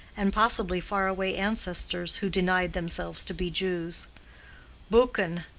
and possibly far-away ancestors who denied themselves to be jews buchan,